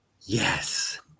Yes